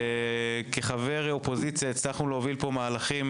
כחבר אופוזיציה הצלחנו להוביל כאן מהלכים.